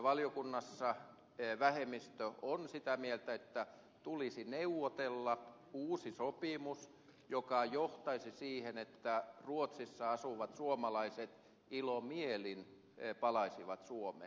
valiokunnassa vähemmistö on sitä mieltä että tulisi neuvotella uusi sopimus joka johtaisi siihen että ruotsissa asuvat suomalaiset ilomielin palaisivat suomeen